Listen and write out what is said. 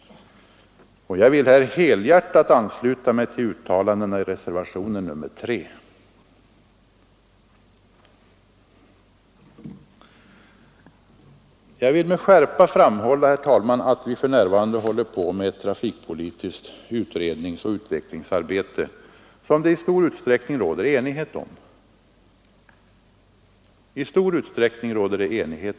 Jag vill helhjärtat ansluta mig till uttalandena i reservationen 3. Jag vill med skärpa framhålla, herr talman, att vi för närvarande håller på med ett trafikpolitiskt utredningsoch utvecklingsarbete som det i stor utsträckning råder enighet om över partigränserna.